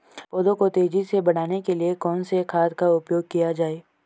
पौधों को तेजी से बढ़ाने के लिए कौन से खाद का उपयोग किया जाए?